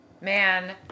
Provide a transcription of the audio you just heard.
man